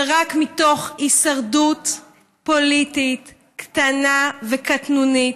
ורק מתוך הישרדות פוליטית קטנה וקטנונית,